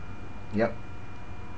yup